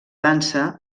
dansa